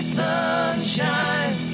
sunshine